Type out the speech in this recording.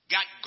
Got